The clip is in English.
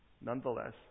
Nonetheless